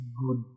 good